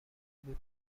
بود